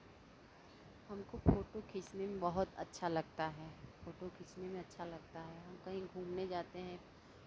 हमको फोटो खींचने में बहुत अच्छा लगता है फोटो खींचने में अच्छा लगता है हम कहीं घूमने जाते हैं